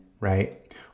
right